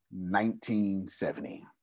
1970